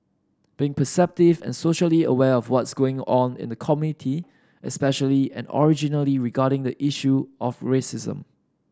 being perceptive and socially aware of what's going on in the community especially and originally regarding the issue of racism